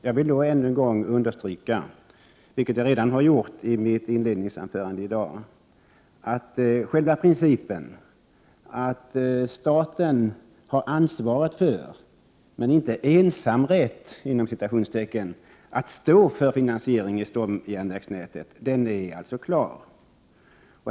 Jag vill ännu en gång understryka, vilket jag redan har gjort i mitt inledningsanförande i dag, att själva principen, att staten har ansvaret för men inte ”ensamrätt” att stå för finansieringen i stomjärnvägsnätet, är klar.